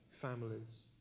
families